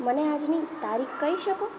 મને આજની તારીખ કહી શકો